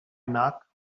knock